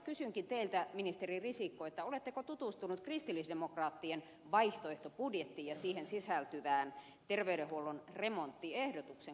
kysynkin teiltä ministeri risikko oletteko tutustunut kristillisdemokraattien vaihtoehtobudjettiin ja siihen sisältyvään terveydenhuollon remonttiehdotukseen